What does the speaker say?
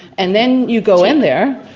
and then you go in there,